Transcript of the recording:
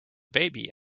baby